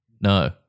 no